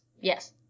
Yes